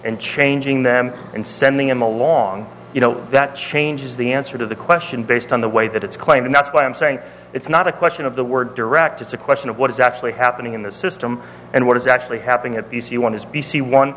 and changing them and sending them along that changes the answer to the question based on the way that it's claimed that's why i'm saying it's not a question of the word direct it's a question of what is actually happening in the system and what is actually happening at the c one is b c one